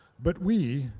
but we,